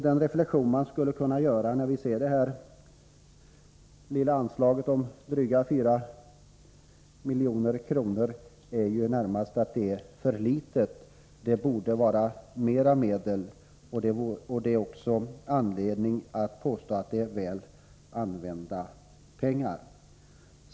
Den reflexion man skulle kunna göra över det aktuella anslaget om drygt 4 milj.kr. är närmast att det är för litet. Det borde vara större. Det finns anledning att framhålla att det är väl använda pengar!